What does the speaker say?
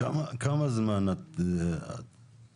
כמה זמן חוסכים